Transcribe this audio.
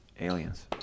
Aliens